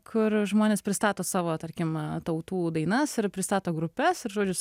kur žmonės pristato savo tarkime tautų dainas ar pristato grupes ir žodžius